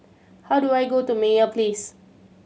how do I go to Meyer Place